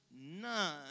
None